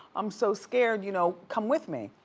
i'm so scared, you know, come with me.